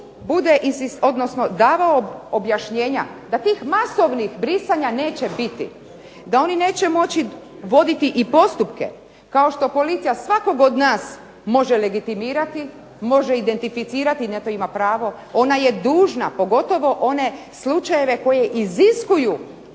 MUP davao objašnjenja da tih masovnih brisanja neće biti, da oni neće moći voditi i postupke, kao što policija svakoga od nas može legitimirati, može identificirati na to pravo, ona je dužna pogotovo one slučajeve koji iziskuju